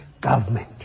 government